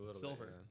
Silver